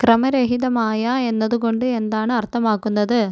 ക്രമരഹിതമായ എന്നതു കൊണ്ട് എന്താണ് അർത്ഥമാക്കുന്നത്